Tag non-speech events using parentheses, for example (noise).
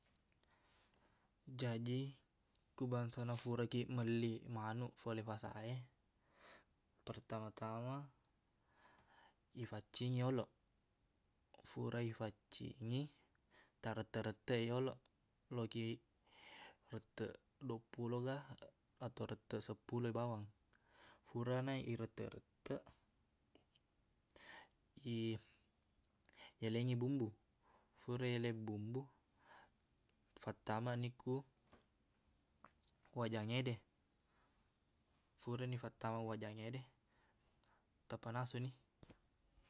Jaji ku bangsana furakiq melli manuq fole fasaq e pertama-tama ifaccingi yoloq fura ifaccingi tarette-rette yolo lokiq retteq loppolo ga atau retteq seppuloi bawang furana iretteq-retteq i yalengngi bumbu fura yaleng bumbu fattamani ku (noise) wajangngede furani fattama wajangngede tapanasuni (noise)